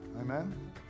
Amen